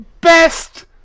Best